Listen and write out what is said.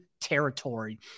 territory